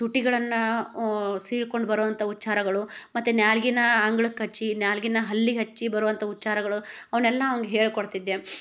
ತುಟಿಗಳನ್ನ ಸೀಳ್ಕೊಂಡು ಬರುವಂಥ ಉಚ್ಛಾರಗಳು ಮತ್ತು ನ್ಯಾಲ್ಗಿನಾ ಅಂಗ್ಳಕ್ಕೆ ಹಚ್ಚಿ ನ್ಯಾಲ್ಗಿನ ಹಲ್ಲಿಗೆ ಹಚ್ಚಿ ಬರುವಂಥ ಉಚ್ಛಾರಗಳು ಅವನ್ನೆಲ್ಲ ಅವ್ನ್ಗೆ ಹೇಳ್ಕೊಡ್ತಿದ್ದೆ